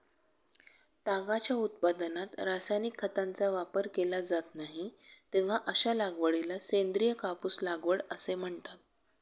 तागाच्या उत्पादनात रासायनिक खतांचा वापर केला जात नाही, तेव्हा अशा लागवडीला सेंद्रिय कापूस लागवड असे म्हणतात